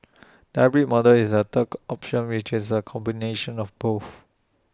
the hybrid model is the third option which is A combination of both